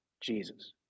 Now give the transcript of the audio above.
Jesus